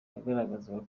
yagaragazaga